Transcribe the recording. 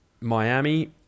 Miami